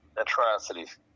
atrocities